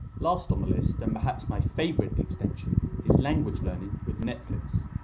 last on the list and perhaps my favourite extension is language learning with netflix.